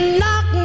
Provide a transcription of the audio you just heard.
knock